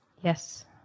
Yes